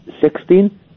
Sixteen